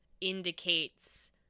indicates